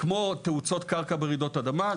כמו תאוצות קרקע ברעידות אדמה,